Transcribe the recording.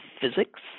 physics